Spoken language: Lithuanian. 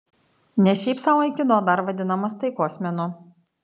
ne šiaip sau aikido dar vadinamas taikos menu